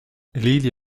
lily